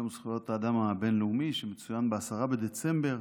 יום זכויות האדם הבין-לאומי, שמצוין ב-10 בדצמבר,